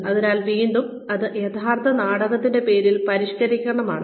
അതിനാൽ വീണ്ടും ഇത് യഥാർത്ഥ നാടകത്തിന്റെ പേരിന്റെ പരിഷ്ക്കരണമാണ്